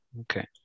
Okay